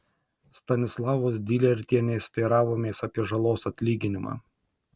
stanislavos dylertienės teiravomės apie žalos atlyginimą